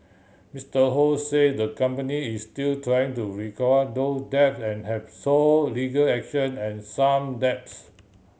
Mister Ho say the company is still trying to recover those debt and have sought legal action on some debts